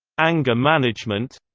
anger management